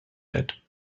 that